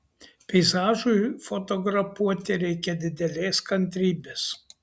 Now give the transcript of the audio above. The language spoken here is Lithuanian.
peizažui fotografuoti reikia didelės kantrybės